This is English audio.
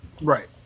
Right